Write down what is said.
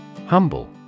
Humble